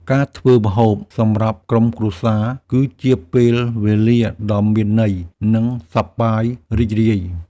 ការធ្វើម្ហូបសម្រាប់ក្រុមគ្រួសារ គឺជាពេលវេលាដ៏មានន័យ និងសប្បាយរីករាយ។